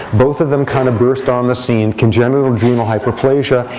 both of them kind of burst on the scene, congenital adrenal hyperplasia,